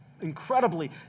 incredibly